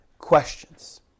questions